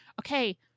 okay